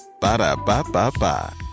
Ba-da-ba-ba-ba